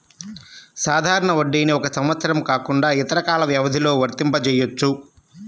సాధారణ వడ్డీని ఒక సంవత్సరం కాకుండా ఇతర కాల వ్యవధిలో వర్తింపజెయ్యొచ్చు